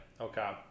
Okay